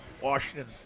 Washington